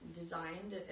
designed